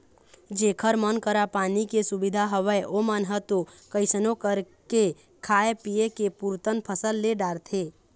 जेखर मन करा पानी के सुबिधा हवय ओमन ह तो कइसनो करके खाय पींए के पुरतन फसल ले डारथे